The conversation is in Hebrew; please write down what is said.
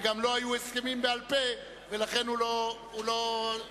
וגם לא היו הסכמים בעל-פה ולכן אין לו מה להודיע.